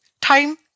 time